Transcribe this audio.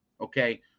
Okay